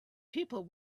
people